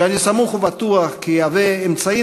ואני סמוך ובטוח כי הדבר ישמש אמצעי